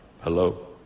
Hello